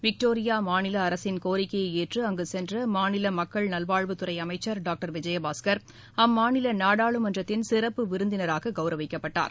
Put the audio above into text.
Victoria மாநில அரசின் கோரிக்கையை ஏற்று அங்கு சென்ற மாநில மக்கள் நல்வாழ்வுத்துறை அமைச்சர் டாக்டர் விஜயபாஸ்கர்அம்மாநில நாடாளுமன்றத்தின் சிறப்பு விருந்தினராக கவுரவிக்கப்பட்டார்